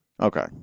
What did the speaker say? Okay